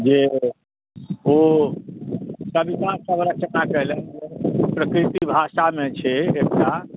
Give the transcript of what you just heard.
जे ओ कविता सब रचना केयलनि जे प्राकृत भाषा मे छै एकटा